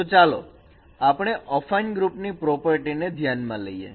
તો ચાલો આપણે અફાઈન ગ્રુપ ની પ્રોપર્ટી ને ધ્યાનમાં લઈએ